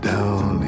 Down